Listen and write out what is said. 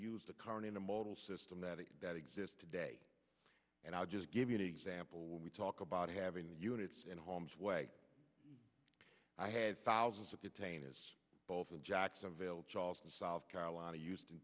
use the current in a model system that is that exist today and i'll just give you an example when we talk about having the units in harm's way i had thousands of detainees us both in jacksonville charleston south carolina used in